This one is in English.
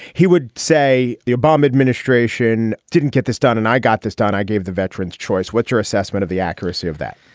he would say the obama administration didn't get this done. and i got this done. i gave the veterans choice. what's your assessment of the accuracy of that?